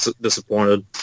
disappointed